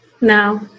No